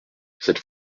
cette